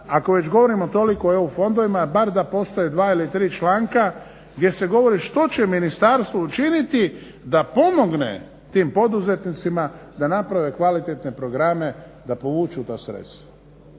ako već govorimo toliko o EU fondovima bar da postoje dva ili tri članka gdje se govori što će ministarstvo učiniti da pomogne tim poduzetnicima da naprave kvalitetne programe, da povuču ta sredstva.